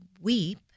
weep